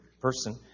person